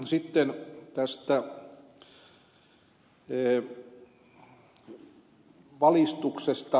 sitten tästä valistuksesta